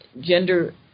gender